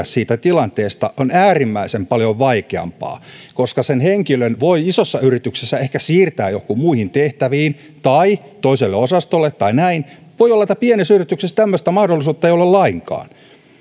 siitä tilanteesta on äärimmäisen paljon vaikeampaa koska sen henkilön voi isossa yrityksessä ehkä siirtää joihinkin muihin tehtäviin tai toiselle osastolle tai näin ja voi olla että pienessä yrityksessä tämmöistä mahdollisuutta ei ole lainkaan